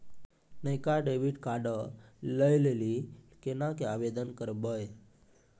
नयका डेबिट कार्डो लै लेली केना के आवेदन करबै?